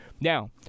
Now